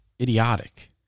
idiotic